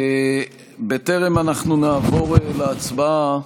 בטרם נעבור להצבעה,